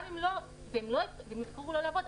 גם אם הם יבחרו לא לעבור,